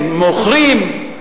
הם מוכרים.